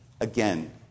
again